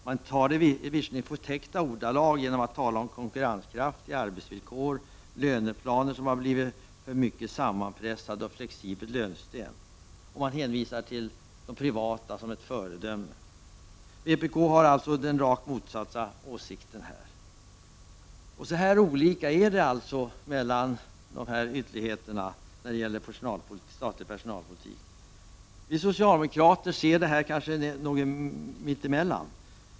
Man talar visserligen i förtäckta ordalag genom att tala om konkurrenskraftiga arbetsvillkor, löneplaner som har blivit för mycket sammanpressade och flexibelt lönesystem, och man hänvisar till de privata som ett föredöme. Vpk har alltså den rakt motsatta åsikten här. Så här olika är det alltså mellan ytterligheterna när det gäller statlig personalpolitik. Vi socialdemokrater ser på detta litet mera mitt emellan.